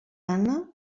anna